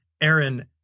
Aaron